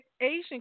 Asian